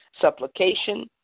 supplication